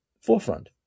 forefront